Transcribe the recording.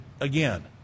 again